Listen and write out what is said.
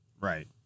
Right